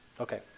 Okay